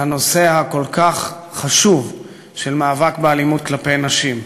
לנושא הכל-כך חשוב של המאבק באלימות כלפי נשים.